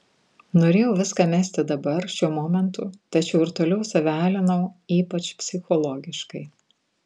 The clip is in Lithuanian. norėjau viską mesti dabar šiuo momentu tačiau ir toliau save alinau ypač psichologiškai